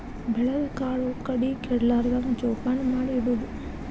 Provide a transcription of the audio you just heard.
ಬೆಳದ ಕಾಳು ಕಡಿ ಕೆಡಲಾರ್ದಂಗ ಜೋಪಾನ ಮಾಡಿ ಇಡುದು